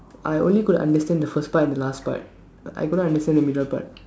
I only could understand the first part and the last part I couldn't understand the middle part